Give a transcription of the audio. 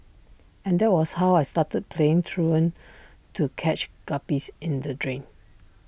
and that was how I started playing truant to catch guppies in the drain